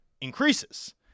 increases